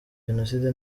jenoside